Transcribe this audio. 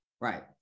Right